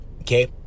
okay